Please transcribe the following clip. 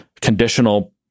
conditional